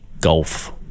golf